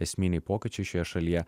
esminiai pokyčiai šioje šalyje